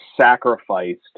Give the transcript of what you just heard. sacrificed